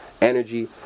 energy